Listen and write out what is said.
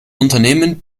unternehmen